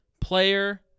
player